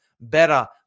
better